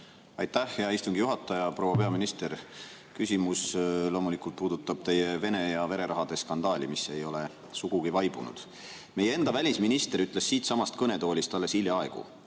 Aitäh, hea istungi juhataja! Proua peaminister! Küsimus loomulikult puudutab teie Vene- ja vererahade skandaali, mis ei ole sugugi vaibunud. Meie enda välisminister ütles siitsamast kõnetoolist alles hiljaaegu: